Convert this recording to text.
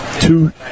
Two